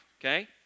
okay